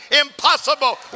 impossible